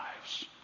lives